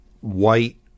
white